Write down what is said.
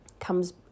comes